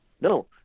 No